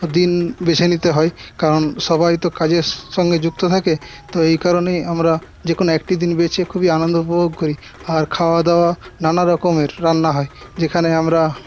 দিন বেছে নিতে হয় কারণ সবাই তো কাজের সঙ্গে যুক্ত থাকে তো এই কারণেই আমরা যে কোনো একটি দিন বেছে খুবই আনন্দ উপভোগ করি আর খাওয়া দাওয়া নানা রকমের রান্না হয় যেখানে আমরা